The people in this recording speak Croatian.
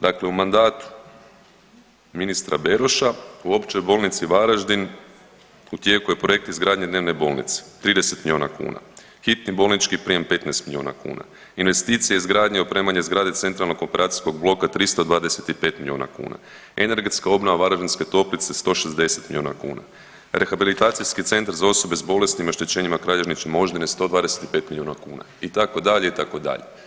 Dakle, u mandatu ministra Beroša u Općoj bolnici Varaždin u tijeku je projekt izgradnje dnevne bolnice 30 milijuna kuna, hitni bolnički prijem 15 milijuna kuna, investicije izgradnje i opremanje zgrade centralnog operacijskog bloka 325 milijuna kuna, energetska obnova Varaždinske toplice 160 milijuna kuna, rehabilitacijski centar za osobe sa bolestima i oštećenjima kralježničke moždine 125 milijuna kuna itd. itd.